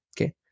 okay